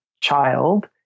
child